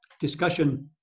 discussion